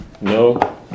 No